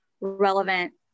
relevant